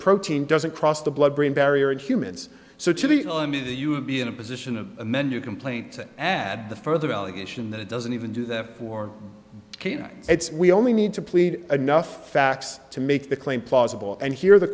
protein doesn't cross the blood brain barrier in humans so chilly you would be in a position of a menu complaint and the further allegation that it doesn't even do that or it's we only need to plead enough facts to make the claim plausible and here the